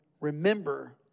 remember